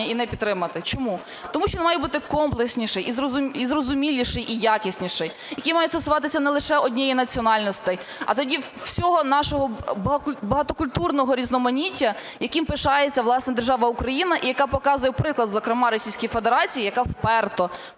і не підтримувати. Чому? Тому що воно має бути комплексніший і зрозуміліший, і якісніший, який мають стосуватися не лише однієї національності, а тоді всього нашого багатокультурного різноманіття, яким пишається, власне, держава Україна і яка показує приклад, зокрема, Російській Федерації, яка вперто